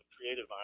creative